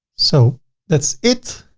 so that's it.